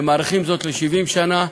ומאריכים זאת ל-70 שנה.